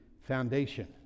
foundation